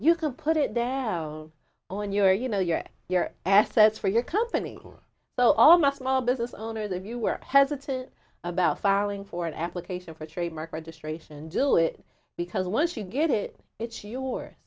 you can put it there on your you know your your assets for your company so all must law business owner that you were hesitant about filing for an application for trademark registration do it because once you get it it's yours